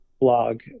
blog